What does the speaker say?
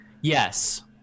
Yes